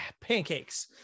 pancakes